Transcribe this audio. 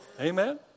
Amen